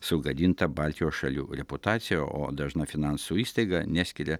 sugadinta baltijos šalių reputacija o dažna finansų įstaiga neskiria